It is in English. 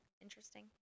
interesting